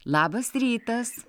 labas rytas